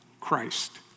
Christ